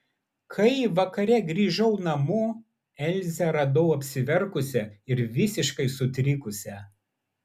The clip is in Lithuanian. kai vakare grįžau namo elzę radau apsiverkusią ir visiškai sutrikusią